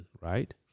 right